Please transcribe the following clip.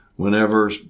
Whenever